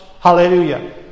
Hallelujah